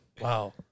wow